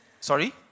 Sorry